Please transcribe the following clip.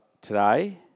today